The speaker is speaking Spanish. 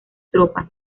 tropas